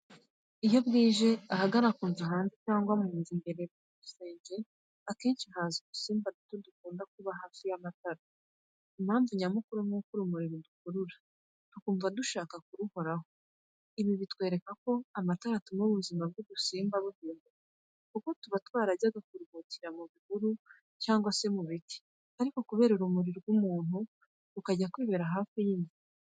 Iyo bwije, ahagana ku nzu hanze cyangwa no mu nzu imbere ku rusenge, akenshi haza udusimba duto dukunda kuba hafi y’amatara. Impamvu nyamukuru ni uko urumuri rudukurura, tukumva dushaka kuruhoraho. Ibi bitwereka ko amatara atuma ubuzima bw’udusimba buhinduka, kuko tuba twarajyaga kuruhukira mu bihuru cyangwa mu biti, ariko kubera urumuri rw’umuntu, tukajya kwibera hafi y’inzu.